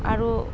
আৰু